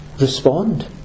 respond